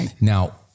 Now